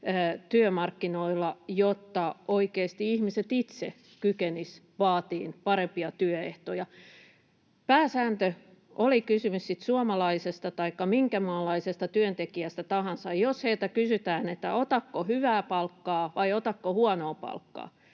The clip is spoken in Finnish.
työmarkkinoilla, jotta oikeasti ihmiset itse kykenisivät vaatimaan parempia työehtoja. Pääsääntö on, oli kysymys sitten suomalaisesta taikka minkä maalaisesta työntekijästä tahansa, että jos heiltä kysytään, otatko hyvää palkkaa vai otatko huonoa palkkaa,